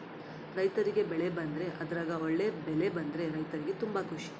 ರೈರ್ತಿಗೆ ಬೆಳೆ ಬಂದ್ರೆ ಅದ್ರಗ ಒಳ್ಳೆ ಬೆಳೆ ಬಂದ್ರ ರೈರ್ತಿಗೆ ತುಂಬಾ ಖುಷಿ